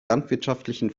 landwirtschaftlichen